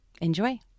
Enjoy